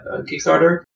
Kickstarter